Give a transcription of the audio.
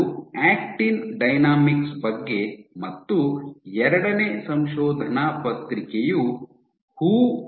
ಇದು actin dynamics ಬಗ್ಗೆ ಮತ್ತು ಎರಡನೇ ಸಂಶೋಧನಾ ಪತ್ರಿಕೆಯು ಹು Hu et al